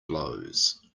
blows